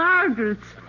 Margaret's